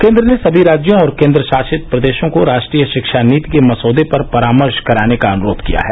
केंद्र ने सभी राज्यों और केंद्रशासित प्रदेशों को राष्ट्रीय शिक्षा नीति के मसौदे पर परामर्श कराने का अनुरोध किया है